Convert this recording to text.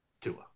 Tua